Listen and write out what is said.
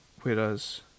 whereas